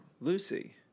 Lucy